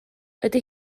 ydy